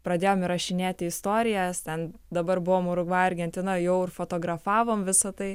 pradėjom įrašinėti istorijas ten dabar buvom urugvajuj argentinoj jau ir fotografavom visa tai